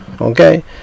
Okay